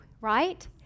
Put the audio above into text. right